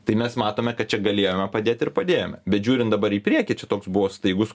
tai mes matome kad čia galėjome padėt ir padėjome bet žiūrint dabar į priekį čia toks buvo staigus